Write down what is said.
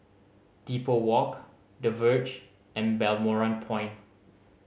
Depot Walk The Verge and Balmoral Point